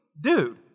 Dude